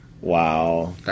wow